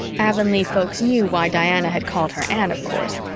avonlea folks knew why diana had called her anne, of course,